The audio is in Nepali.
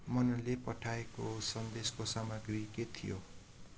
मननले पठाएको सन्देशको सामग्री के थियो